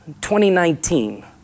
2019